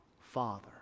Father